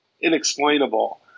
inexplainable